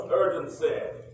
urgency